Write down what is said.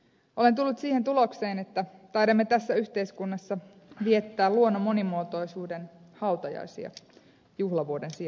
olen tullut siihen tulokseen että taidamme tässä yhteiskunnassa viettää luonnon monimuotoisuuden hautajaisia juhlavuoden sijasta